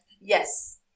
Yes